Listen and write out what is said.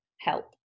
help